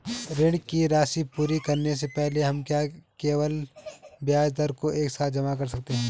ऋण की राशि पूरी करने से पहले हम क्या केवल ब्याज दर को एक साथ जमा कर सकते हैं?